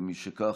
משכך,